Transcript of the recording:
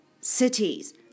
cities